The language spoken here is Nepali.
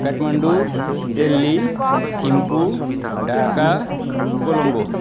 काठमाडौँ देल्ली थिम्पू ढाका कोलम्बो